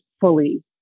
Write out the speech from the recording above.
fully